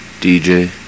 DJ